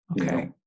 Okay